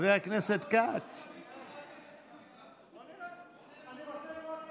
בוא נראה איך הם